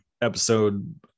episode